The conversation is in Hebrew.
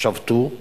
שבתו.